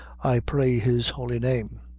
i pray his holy name.